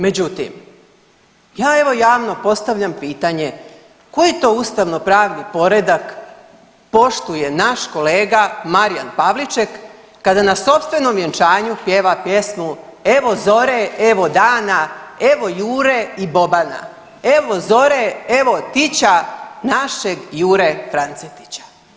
Međutim, ja evo javno postavljam pitanje, koji to ustavnopravni poredak poštuje naš kolega Marijan Pavliček kada na sopstvenom vjenčanju pjeva pjesmu evo zore, evo dana, evo Jure i Bobana, evo zore, evo tića, našeg Jure Francetića.